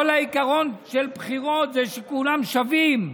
כל העיקרון של בחירות הוא שכולם שווים,